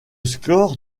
score